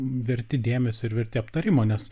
verti dėmesio ir verti aptarimo nes